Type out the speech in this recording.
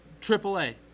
triple-A